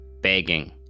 begging